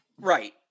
Right